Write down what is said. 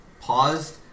paused